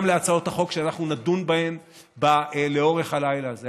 להצעות החוק שנדון בהן לאורך הלילה הזה.